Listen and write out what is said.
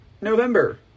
November